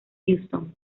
houston